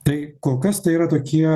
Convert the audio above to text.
tai kol kas tai yra tokie